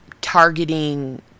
targeting